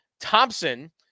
Thompson